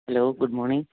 hello good morning